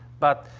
but,